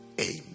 Amen